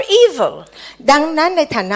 evil